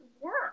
work